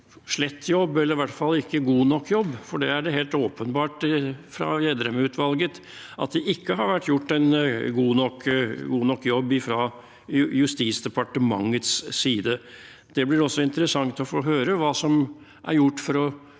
slett jobb, eller i hvert fall ikke en god nok jobb? Det er helt åpenbart fra Gjedrem-utvalgets side at det ikke har vært gjort en god nok jobb fra Justisdepartementets side. Det blir også interessant å få høre hva som er gjort for å